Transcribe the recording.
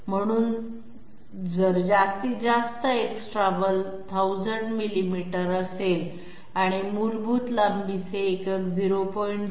म्हणून जर जास्तीत जास्त X travel 1000 मिलिमीटर असेल आणि मूलभूत लांबीचे एकक 0